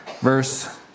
verse